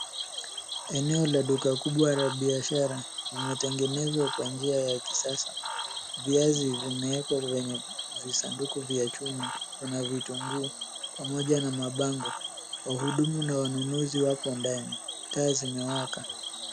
Eneo la duka kubwa la biashara, limetengenezwa kwa njia ya kisasa. Viazi vimewekwa kwenye visanduku vya chuma. Kuna vitunguu, pamoja na mabango. Wahudumu na wanunuzi wapo ndani. Taa zimewaka.